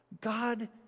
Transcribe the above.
God